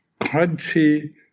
crunchy